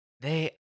They-